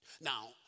Now